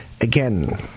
again